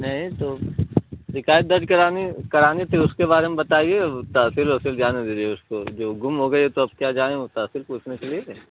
नहीं तो शिकायत दर्ज करानी करानी थी उसके बारे में बताइए वह तहसील उहसिल जाने दिजए उसको जो गुम हो गई तो अब क्या जाने फिर पूछने के लिए